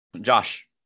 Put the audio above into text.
Josh